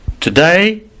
Today